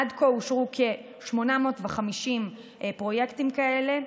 עד כה אושרו כ-850 פרויקטים כאלה,